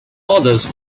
others